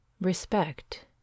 respect